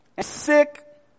sick